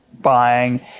buying